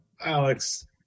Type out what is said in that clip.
Alex